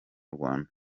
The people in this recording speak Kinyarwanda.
rwanda